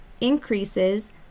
increases